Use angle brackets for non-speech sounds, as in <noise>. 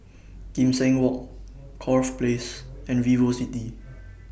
Kim Seng Walk Corfe Place and Vivocity <noise>